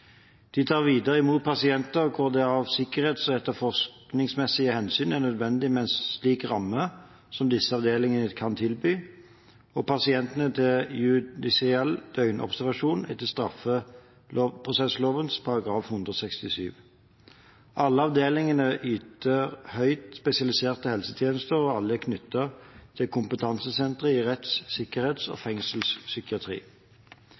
De tar videre imot pasienter hvor det av sikkerhets- og etterforskningsmessige hensyn er nødvendig med en slik ramme som disse avdelingene kan tilby, og pasienter til judisiell døgnobservasjon etter straffeprosessloven § 167. Alle avdelingene yter høyt spesialiserte helsetjenester, og alle er knyttet til kompetansesentre i retts-, sikkerhets- og fengselspsykiatri.